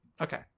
okay